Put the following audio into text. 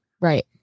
right